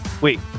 Wait